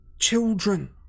Children